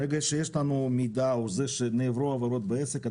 ברגע שיש לנו מידע או שנעברו עבירות בעסק,